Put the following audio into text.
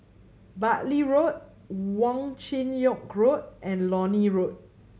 Bartley Road Wong Chin Yoke Road and Lornie Road